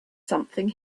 something